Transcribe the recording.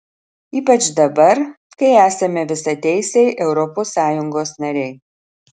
ypač dabar kai esame visateisiai europos sąjungos nariai